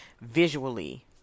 visually